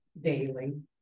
daily